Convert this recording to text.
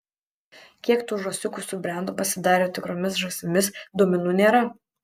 kiek tų žąsiukų subrendo pasidarė tikromis žąsimis duomenų nėra